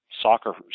soccer